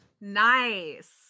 nice